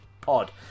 Pod